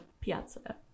Piazza